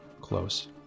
close